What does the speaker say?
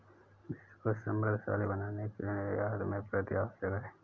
देश को समृद्धशाली बनाने के लिए निर्यात में वृद्धि आवश्यक है